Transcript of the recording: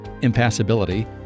impassibility